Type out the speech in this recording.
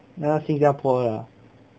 那个新加坡的啊